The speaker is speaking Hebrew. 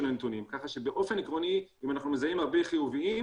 הנתונים כך שבאופן עקרוני אם אנחנו מזהים הרבה חיוביים,